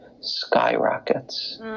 skyrockets